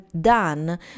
done